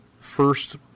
first